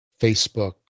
Facebook